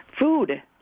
food